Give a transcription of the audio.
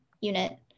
unit